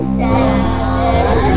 seven